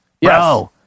Yes